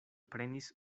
prenis